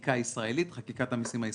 החקיקה הישראלית, חקיקת המסים הישראלית.